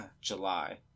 July